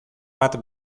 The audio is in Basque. bat